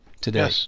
today